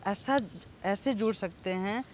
ऐसा ऐसे जुड़ सकते हैं